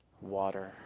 water